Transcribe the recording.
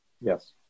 Yes